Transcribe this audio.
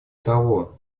того